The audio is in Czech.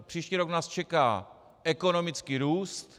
Příští rok nás čeká ekonomický růst.